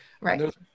Right